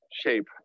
shape